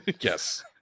Yes